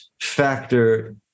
factor